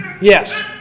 Yes